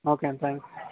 okay thank you